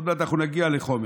עוד מעט אנחנו נגיע לחומש,